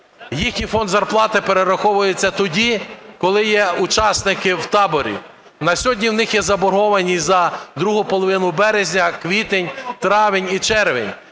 їхній фонд зарплати перераховується тоді, коли є учасники в таборі. На сьогодні у них є заборгованість за другу половину березня, квітень, травень і червень.